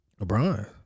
LeBron